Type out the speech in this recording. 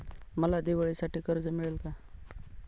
मला दिवाळीसाठी कर्ज मिळेल का?